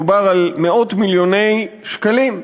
ומדובר על מאות מיליוני שקלים.